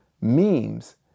memes